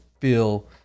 feel